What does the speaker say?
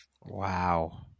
Wow